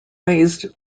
raised